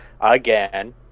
again